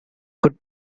could